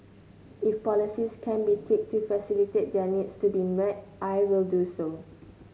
if policies can be tweaked to facilitate their needs to be met I will do so